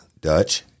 Dutch